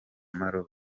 maroc